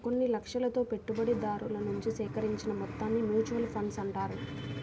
కొన్ని లక్ష్యాలతో పెట్టుబడిదారుల నుంచి సేకరించిన మొత్తాలను మ్యూచువల్ ఫండ్స్ అంటారు